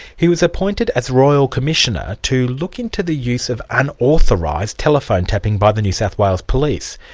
he was appointed as royal commissioner to look into the use of unauthorised telephone tapping by the new south wales police,